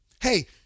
Hey